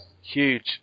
huge